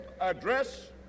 address